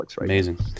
amazing